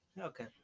Okay